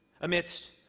amidst